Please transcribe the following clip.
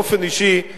באופן אישי,